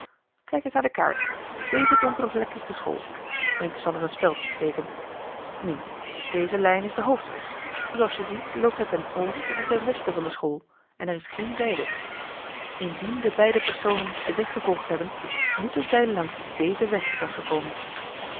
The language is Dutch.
kijk eens naar de kaart deze donkere vlek is de school ik zal er een speld insteken nu deze lijn is de hoofdweg zooals je ziet loopt hij ten oosten en ten westen van de school en er is geen zijweg indien de beide personen den weg gevolgd hebben moeten zij langs dezen weg zijn gekomen